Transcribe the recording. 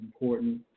important